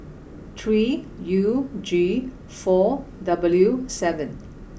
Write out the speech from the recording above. three U G four W seven